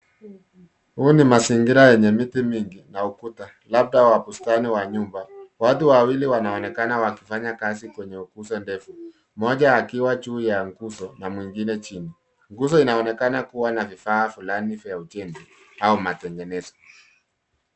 Huu ni mazingira yenye miti mingi na ukuta labda wa bustani wa nyumba. Watu wawili wanaonekana wakifanya kazi kwenye uguzo ndefu. Mmoja akiwa juu ya nguzo na mwingine chini. Nguzo inaonekana kuwa na vifaa fulani vya ujenzi au matengenezo.